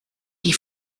die